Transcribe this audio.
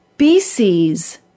BC's